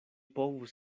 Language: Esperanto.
povus